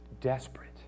desperate